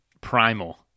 primal